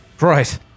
Right